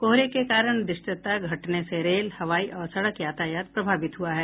कोहरे के कारण द्रश्यता घटने से रेल हवाई और सड़क यातायात प्रभावित हुआ है